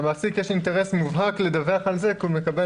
למעסיק יש אינטרס מובהק לדווח על כך כי הוא מקבל